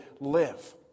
live